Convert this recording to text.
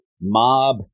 mob